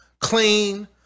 clean